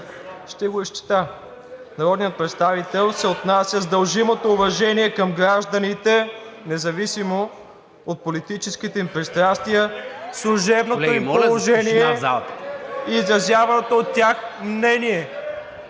Ще го изчета: „Народният представител се отнася с дължимото уважение към гражданите, независимо от политическите им пристрастия, служебното им положение и изразяваното от тях мнение.“